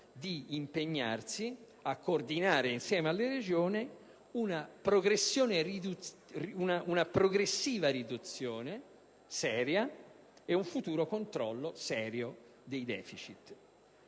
di impegnarsi a coordinare insieme alle Regioni una progressiva riduzione ed un futuro controllo serio del deficit.